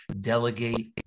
delegate